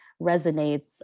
resonates